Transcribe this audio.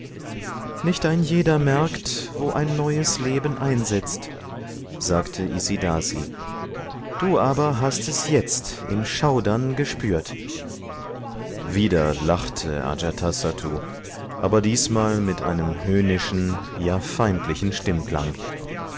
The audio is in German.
nicht ein jeder merkt wo neues leben einsetzt sagte isidasi du aber hast es jetzt im schaudern gespürt wieder lachte ajatasattu aber diesmal mit einem höhnischen ja feindlichen stimmklang